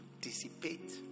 dissipate